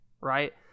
right